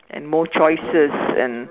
and more choices and